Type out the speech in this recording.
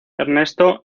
ernesto